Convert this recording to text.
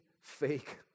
fake